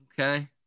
Okay